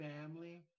family